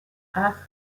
acht